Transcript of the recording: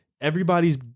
everybody's